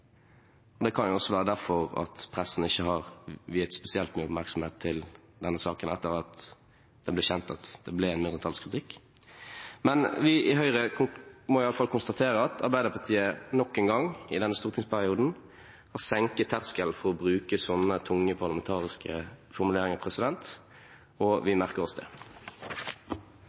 det er det ikke, men det kan jo også være derfor pressen ikke har viet spesielt mye oppmerksomhet til denne saken etter at det ble kjent at det ble en mindretallskritikk. Vi i Høyre må iallfall konstatere at Arbeiderpartiet nok en gang i denne stortingsperioden har senket terskelen for å bruke slike tunge parlamentariske formuleringer, og vi merker oss det.